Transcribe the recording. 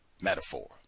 metaphor